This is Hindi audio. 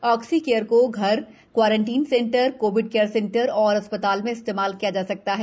ऑक्सीकेयर को घर quarantine centre Covid care centre और अस्पताल में इस्तेमाल किया जा सकता है